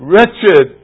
Wretched